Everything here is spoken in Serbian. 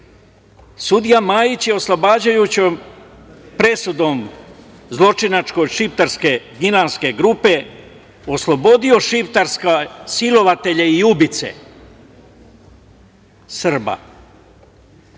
Sudija Majić je oslobađajućom presudom zločinačke šiprtarsko gnjilanske grupe oslobodio šiptarske silovatelje i ubice Srba. Zato